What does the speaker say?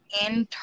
internal